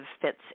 fits